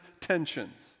tensions